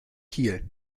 kiel